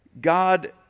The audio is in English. God